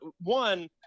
one